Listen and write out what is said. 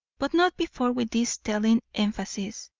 but not before with this telling emphasis.